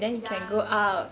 ya